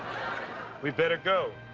we better go.